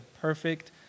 Perfect